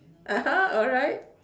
(uh huh) alright